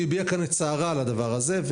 היא הביעה כאן את צערה על הדבר הזה,